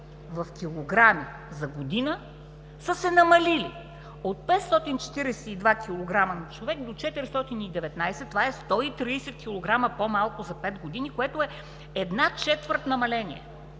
в килограми за година, са се намалили от 542 кг на човек до 419 кг. Това са 130 кг по-малко за пет години, което е една четвърт намаление.